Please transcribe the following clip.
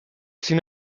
sin